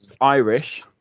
Irish